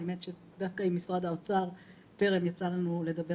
האמת היא שדווקא עם משרד האוצר טרם יצא לנו לדבר